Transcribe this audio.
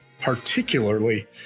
particularly